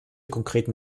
konkreten